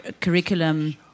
curriculum